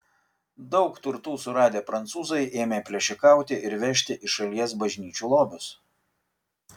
daug turtų suradę prancūzai ėmė plėšikauti ir vežti iš šalies bažnyčių lobius